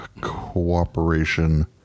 Cooperation